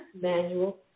manual